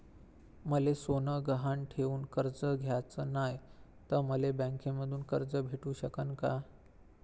मले सोनं गहान ठेवून कर्ज घ्याचं नाय, त मले बँकेमधून कर्ज भेटू शकन का?